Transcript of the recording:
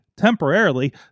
temporarily